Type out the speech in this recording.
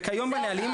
וכיום הנהלים,